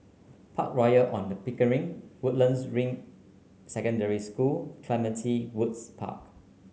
Park Royal On The Pickering Woodlands Ring Secondary School Clementi Woods Park